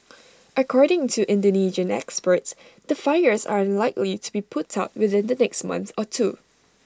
according to Indonesian experts the fires are unlikely to be put out within the next month or two